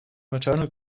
maternal